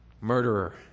murderer